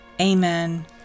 amen